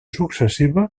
successiva